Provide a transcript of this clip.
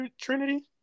Trinity